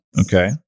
Okay